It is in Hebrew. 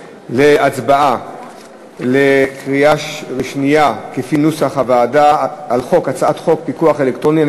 להצבעה בקריאה שנייה על נוסח הוועדה של הצעת חוק פיקוח אלקטרוני על